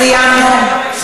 סיימנו.